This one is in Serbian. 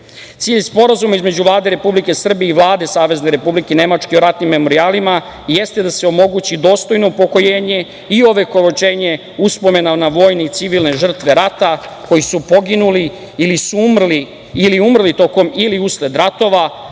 Sporazuma između Vlade Republike Srbije i Vlade Savezne Republike Nemačke o ratnim memorijalima jeste da se omogući dostojno upokojenje i ovekovečenje uspomena na vojne i civilne žrtve rata, koji su poginuli ili su umrli usled ratova,